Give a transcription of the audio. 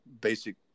basic